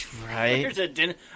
right